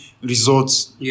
results